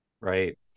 right